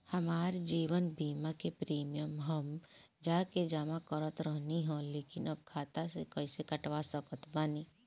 हमार जीवन बीमा के प्रीमीयम हम जा के जमा करत रहनी ह लेकिन अब खाता से कइसे कटवा सकत बानी?